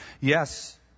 Yes